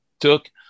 took